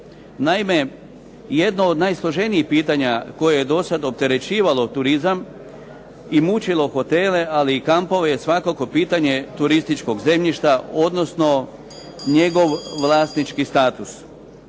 Naime, jedno od najsloženijih pitanja koje je do sada opterećivalo turizam i mučilo hotele ali i kampove je svakako pitanje turističkog zemljišta, odnosno njegov vlasnički status.